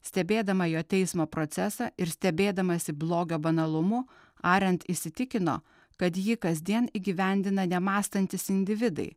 stebėdama jo teismo procesą ir stebėdamasi blogio banalumu ariant įsitikino kad jį kasdien įgyvendina nemąstantys individai